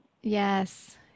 yes